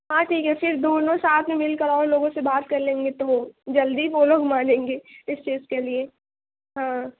ہاں ٹھیک ہے پھر دونوں ساتھ میں مِل کر اور لوگوں سے بات کر لیں گے تو جلدی وہ لوگ مانیں گے اِس چیز کے لیے ہاں